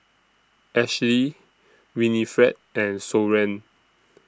Ashlie Winnifred and Soren